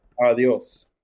Adios